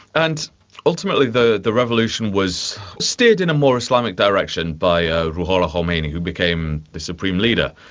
and ultimately the the revolution was steered in a more islamic direction by ah ruhollah khomeini who became the supreme leader.